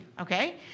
okay